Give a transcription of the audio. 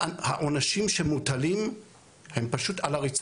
העונשים שמוטלים הם פשוט על הרצפה,